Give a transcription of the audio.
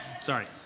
Sorry